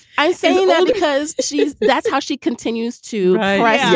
i say that because she. that's how she continues to write. yeah